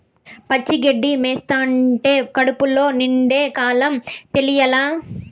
పచ్చి గడ్డి మేస్తంటే కడుపు నిండే కాలం తెలియలా